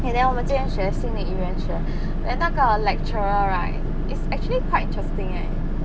and then 我们今天学新的语言学 then 那个 lecturer right is actually quite interesting eh